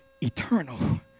eternal